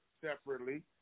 separately